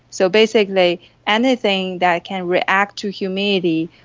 so basically anything that can react to humidity,